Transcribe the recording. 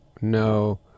no